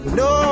no